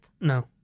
no